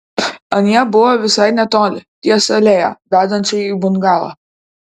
anie buvo visai netoli ties alėja vedančia į bungalą